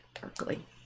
darkly